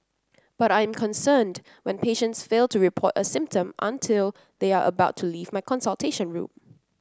but I am concerned when patients fail to report a symptom until they are about to leave my consultation room